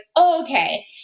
okay